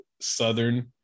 Southern